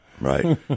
right